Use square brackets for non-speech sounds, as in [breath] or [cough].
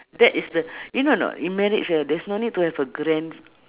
that is the [breath] you no no in marriage right there's no need to have a grand